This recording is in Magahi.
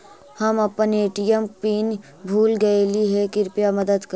हम अपन ए.टी.एम पीन भूल गईली हे, कृपया मदद करी